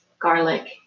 garlic